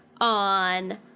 on